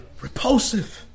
repulsive